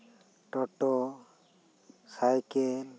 Toto cycle